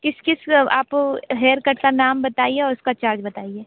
किस किस आप हेयर कट का नाम बताइए और उसका चार्ज बताइए